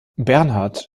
bernhard